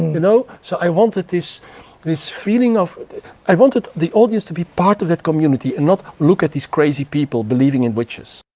you know so i wanted this this feeling of i wanted the audience to be part of the community and not look at these crazy people believing in witches.